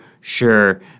sure